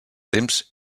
temps